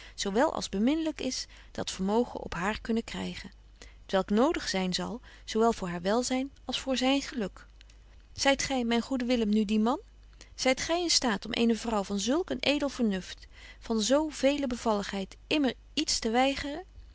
wel als beminlyk is dat vermogen op haar kunnen krygen t welk nodig zyn zal zo wel voor haar welzyn als voor zyn geluk zyt gy myn goede willem nu die man zyt gy in staat om eene vrouw van zulk een edel vernuft van zo vele bevalligheid immer iets te weigeren